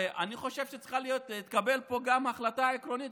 אני חושב שצריכה להתקבל פה גם החלטה עקרונית,